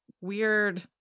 weird